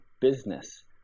business